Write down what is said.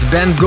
Ben